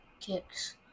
kicks